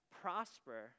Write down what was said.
prosper